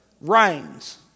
Rains